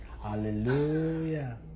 Hallelujah